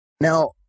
Now